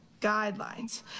Guidelines